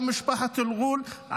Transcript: גם משפחת אל-ע'ול,